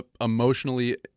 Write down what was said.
emotionally